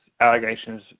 allegations